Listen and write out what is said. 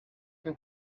from